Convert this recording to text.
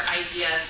idea